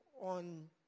on